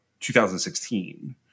2016